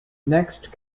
next